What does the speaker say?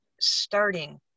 starting